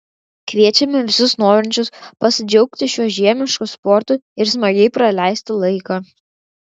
kviečiame visus norinčius pasidžiaugti šiuo žiemišku sportu ir smagiai praleisti laiką